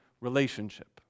relationship